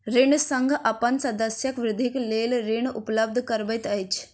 ऋण संघ अपन सदस्यक वृद्धिक लेल ऋण उपलब्ध करबैत अछि